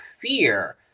fear